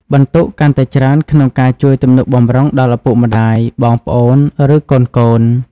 បន្ទុកកាន់តែច្រើនក្នុងការជួយទំនុកបម្រុងដល់ឪពុកម្ដាយ បងប្អូន ឬកូនៗ។